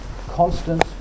constant